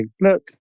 Look